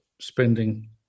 spending